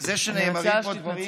אני מציעה שתתנצל.